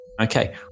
Okay